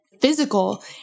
physical